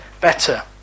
better